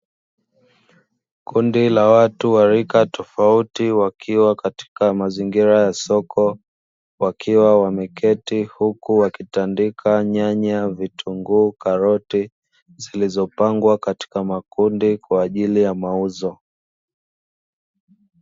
Kundi la watu wa rika tofauti wakiwa katika mazingira ya soko, wakiwa wameketi huku wakitandika nyanya, vitunguu, karoti, zilizopangwa katika makundi kwa ajili ya mauzo.